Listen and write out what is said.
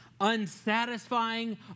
unsatisfying